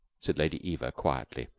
said lady eva, quietly,